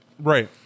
Right